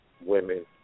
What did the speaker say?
women